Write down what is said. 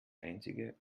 einzige